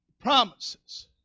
promises